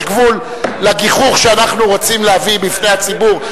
יש גבול לגיחוך שאנחנו רוצים להביא בפני הציבור,